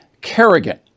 Kerrigan